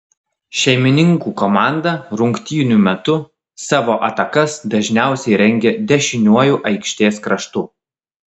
šeimininkų komanda rungtynių metu savo atakas dažniausiai rengė dešiniuoju aikštės kraštu